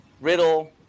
Riddle